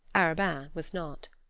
arobin was not.